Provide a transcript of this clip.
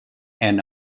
and